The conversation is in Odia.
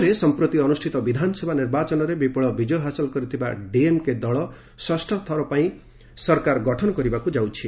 ରାଜ୍ୟରେ ସମ୍ପ୍ରତି ଅନୁଷ୍ଠିତ ବିଧାନସଭା ନିର୍ବାଚନରେ ବିପୁଳ ବିଜୟ ହାସଲ କରିଥିବା ଡିଏମ୍କେ ପାର୍ଟି ଷଷ୍ଠ ଥର ପାଇଁ ସରକାର ଗଠନ କରିବାକୁ ଯାଉଛି